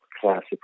classic